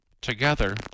Together